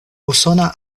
usona